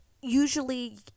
usually